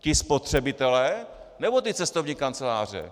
Ti spotřebitelé, nebo ty cestovní kanceláře?